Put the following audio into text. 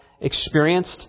experienced